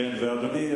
ואדוני,